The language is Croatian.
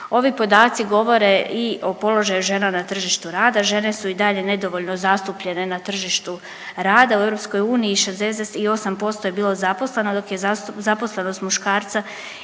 Ovi podaci govore i o položaju žena na tržištu rada. Žene su i dalje nedovoljno zastupljene na tržištu rada u EU 68% je bilo zaposleno, dok je zaposlenost muškarca